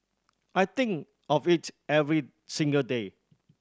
I think of it every single day